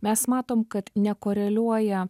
mes matom kad nekoreliuoja